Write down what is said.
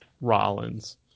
Rollins